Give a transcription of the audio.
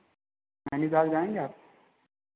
नैनीताल जाएंगे आप